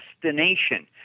destination